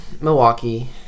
Milwaukee